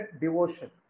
devotion